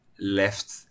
left